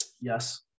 Yes